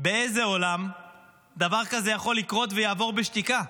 באיזה עולם דבר כזה יכול לקרות ולעבור בשתיקה?